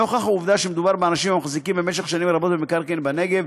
נוכח העובדה שמדובר באנשים המחזיקים במשך שנים רבות במקרקעין בנגב